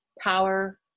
power